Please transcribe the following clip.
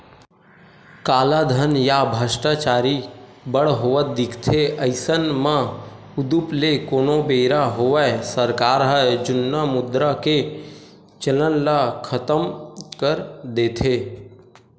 कालाधन या भस्टाचारी बड़ होवत दिखथे अइसन म उदुप ले कोनो बेरा होवय सरकार ह जुन्ना मुद्रा के चलन ल खतम कर देथे